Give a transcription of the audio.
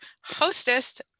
hostess